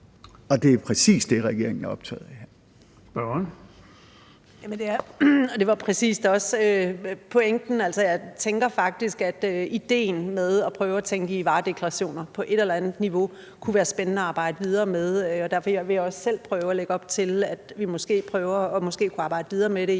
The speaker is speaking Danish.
Kirsten Normann Andersen (SF): Det var da præcis også pointen. Jeg tænker faktisk, at ideen med at prøve at tænke i varedeklarationer på et eller andet niveau kunne være spændende at arbejde videre med, og derfor vil jeg også selv lægge op til, at vi måske prøver, om vi kunne arbejde videre med det i